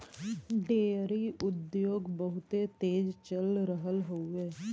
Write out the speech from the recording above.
dairy उद्योग बहुत तेज चल रहल हउवे